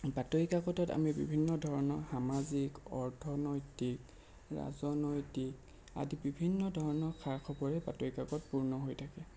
বাতৰি কাকতত আমি বিভিন্ন ধৰণৰ সামাজিক অৰ্থনৈতিক ৰাজনৈতিক আদি বিভিন্ন ধৰণৰ খা খবৰেই বাতৰি কাকত পূৰ্ণ হৈ থাকে